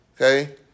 Okay